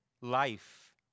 life